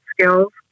skills